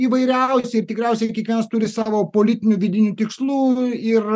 įvairiausiai ir tikriausiai kiekvienas turi savo politinių vidinių tikslų ir